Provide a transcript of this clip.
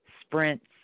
sprints